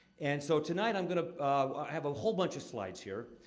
and so, tonight, i'm gonna have a whole bunch of slides here.